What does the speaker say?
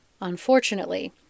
unfortunately